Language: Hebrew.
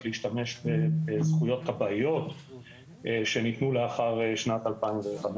להשתמש בזכויות תב"עיות שניתנו לאחר שנת 2005,